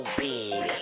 big